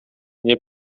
nie